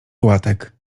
łatek